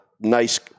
nice